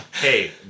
Hey